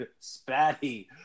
Spatty